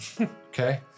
okay